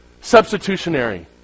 substitutionary